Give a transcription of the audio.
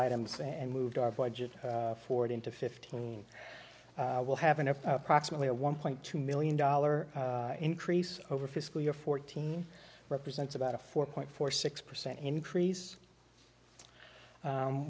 items and moved our budget forward into fifteen we'll have enough approximately a one point two million dollar increase over fiscal year fourteen represents about a four point four six percent increase